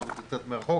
זה קצת מרחוק,